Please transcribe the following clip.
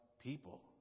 people